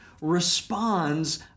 responds